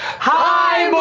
hi,